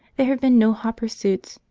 there have been no hot pursuits,